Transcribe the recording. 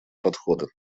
подхода